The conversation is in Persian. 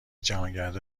جهانگردا